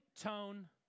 tone